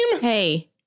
Hey